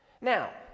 Now